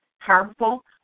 harmful